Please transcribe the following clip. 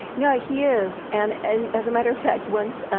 no, he is! and, and as a matter of fact, once